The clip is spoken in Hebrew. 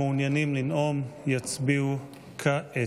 המעוניינים לנאום יצביעו כעת.